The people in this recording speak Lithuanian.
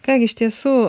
ką gi iš tiesų